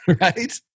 right